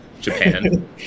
Japan